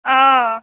ओऽ